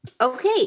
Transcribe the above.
Okay